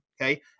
okay